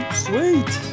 sweet